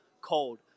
cold